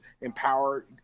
empower